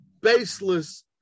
baseless